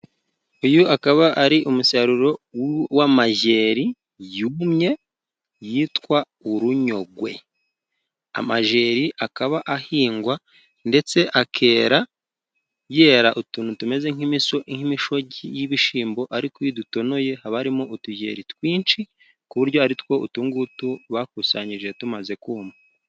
Uyu akaba ari umusaruro w'amajeri yumye yitwa urunyogwe, amajeri akaba ahingwa ndetse akera, yera utuntu tumeze nk' nk'imishogi y'ibishimbo, ariko iyo udutonoye haba harimo utujeri twinshi, ku buryo ari two utu ngutu bakusanyije tumaze kuma.